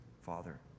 Father